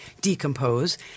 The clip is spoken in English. decompose